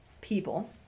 people